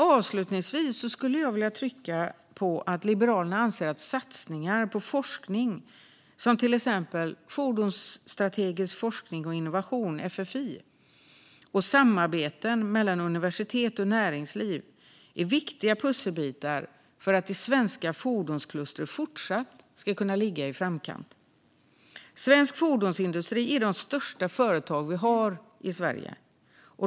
Avslutningsvis skulle jag vilja trycka på att Liberalerna anser att satsningar på forskning som till exempel Fordonsstrategisk forskning och innovation, FFI, och samarbeten mellan universitet och näringsliv är viktiga pusselbitar för att det svenska fordonsklustret fortsatt ska kunna ligga i framkant. Svensk fordonsindustri utgörs av de största företag vi har i Sverige.